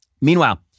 Meanwhile